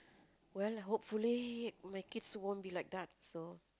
well hopefully my kids won't be like that so